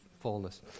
fullness